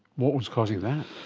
what was causing that?